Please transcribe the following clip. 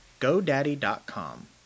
GoDaddy.com